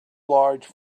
large